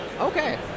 Okay